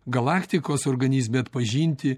galaktikos organizme atpažinti